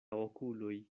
okuloj